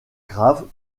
graves